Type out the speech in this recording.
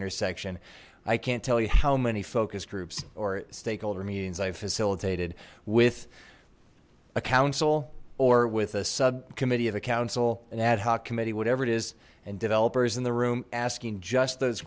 intersection i can't tell you how many focus groups or stakeholder meetings i've facilitated with a council or with a subcommittee of a council an ad hoc committee whatever it is and developers in the room asking just those